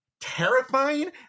terrifying